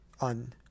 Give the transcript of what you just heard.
on